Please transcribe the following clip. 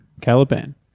Caliban